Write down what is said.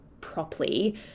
properly